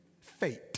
fate